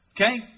Okay